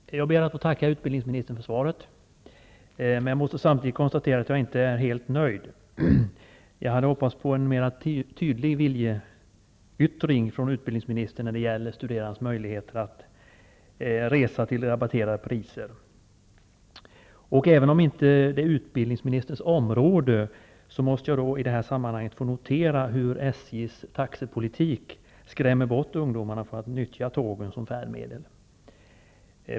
Herr talman! Jag ber att få tacka utbildningsministern för svaret. Men jag måste samtidigt konstatera att jag inte är helt nöjd. Jag hade hoppats på en tydligare viljeyttring från utbildningsministern när det gäller de studerandes möjligheter till reserabatter. Även om det här inte är utbildningsministerns område, måste jag i detta sammanhang få notera hur SJ:s taxepolitik skrämmer ungdomarna, så att dessa inte nyttjar tågen som färdmedel.